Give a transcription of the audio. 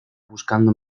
buscando